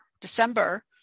December